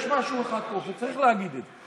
יש משהו אחד טוב, וצריך להגיד את זה.